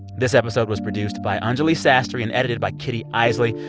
this episode was produced by anjuli sastry and edited by kitty eisele.